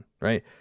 right